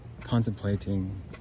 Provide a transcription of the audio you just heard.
contemplating